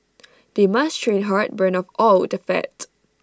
they must train hard burn off all the fat